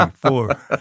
four